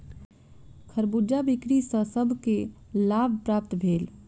खरबूजा बिक्री सॅ सभ के लाभ प्राप्त भेल